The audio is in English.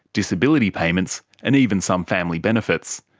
disability payments and even some family benefits.